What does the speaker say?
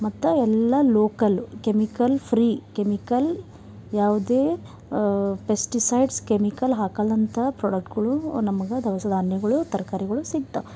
ಮತ್ತು ಎಲ್ಲ local chemical free chemical ಯಾವುದೇ ಪೆಸ್ಟಿಸೈಡ್ಸ್ ಕೆಮಿಕಲ್ ಹಾಕಲ್ದಂಥ ಪ್ರಾಡಕ್ಟ್ಗಳು ನಮಗೆ ದವಸ ಧಾನ್ಯಗಳು ತರ್ಕಾರಿಗಳು ಸಿಕ್ತವೆ